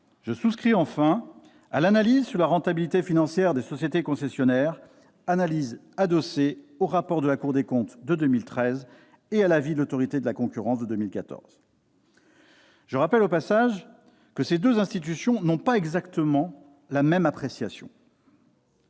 Je souscris enfin à l'analyse sur la rentabilité financière des sociétés concessionnaires, analyse adossée au rapport de la Cour des comptes de 2013 et à l'avis de l'Autorité de la concurrence de 2014. Je rappelle au passage que ces deux institutions n'ont pas exactement la même appréciation.